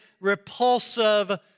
repulsive